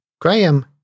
Graham